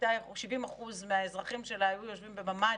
70% מהאזרחים שלה היו יושבים בממ"דים,